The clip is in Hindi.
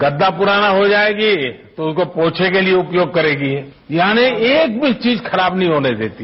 गद्दा पुराना हो जाएगा तो उसको पोछे के लिए उपयोग करेंगी यानी एक भी चीज खराब नहीं होने देती